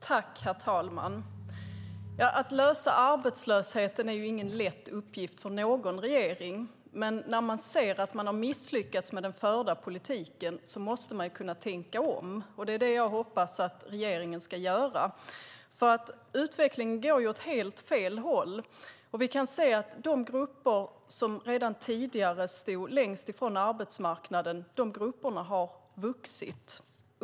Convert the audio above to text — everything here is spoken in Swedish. Herr talman! Att lösa arbetslösheten är ingen lätt uppgift för någon regering. Men när man ser att man har misslyckats med den förda politiken måste man kunna tänka om. Det är det jag hoppas att regeringen ska göra. Utvecklingen går åt helt fel håll. De grupper som redan tidigare stod längst från arbetsmarknaden har vuxit.